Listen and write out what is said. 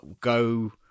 go